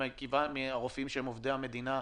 תודה.